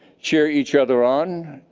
cheer each other on,